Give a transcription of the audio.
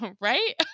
right